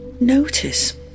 Notice